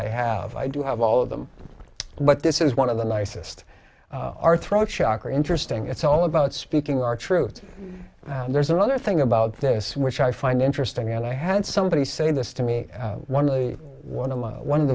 i have i do have all of them but this is one of the nicest our throats shocker interesting it's all about speaking our truth there's another thing about this which i find interesting and i had somebody say this to me one of the one of my one of